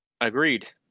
Agreed